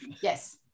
yes